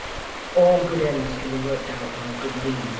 all good ends can be worked out by good means.